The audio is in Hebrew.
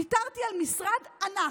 ויתרתי על משרד ענק,